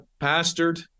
pastored